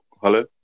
Hello